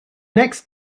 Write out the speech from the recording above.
next